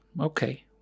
okay